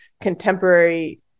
contemporary